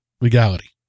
Legality